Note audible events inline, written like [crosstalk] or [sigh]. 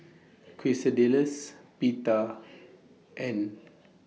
[noise] Quesadillas Pita [noise] and